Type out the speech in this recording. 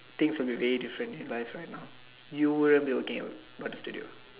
things would be very different in life right now you wouldn't be working at butter studio